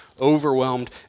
overwhelmed